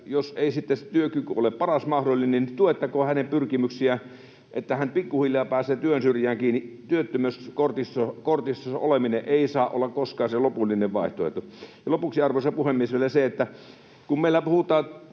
jos ei sitten se työkyky ole paras mahdollinen, niin tuettakoon hänen pyrkimyksiään, että hän pikkuhiljaa pääsee työn syrjään kiinni. Työttömyyskortistossa oleminen ei saa olla koskaan se lopullinen vaihtoehto. Lopuksi, arvoisa puhemies, vielä se, että kun meillä puhutaan